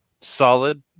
solid